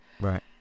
Right